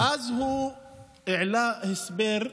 ואז הוא העלה הסבר,